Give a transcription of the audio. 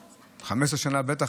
15 שנה בטח,